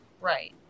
Right